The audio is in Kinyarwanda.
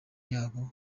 yabo